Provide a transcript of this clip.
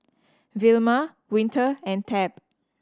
Vilma Winter and Tab